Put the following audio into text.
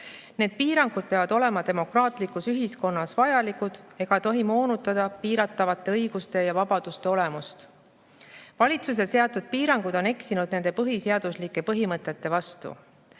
Need piirangud peavad olema demokraatlikus ühiskonnas vajalikud ega tohi moonutada piiratavate õiguste ja vabaduste olemust. Valitsuse seatud piirangud on eksinud nende põhiseaduslike põhimõtete vastu.